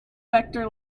vector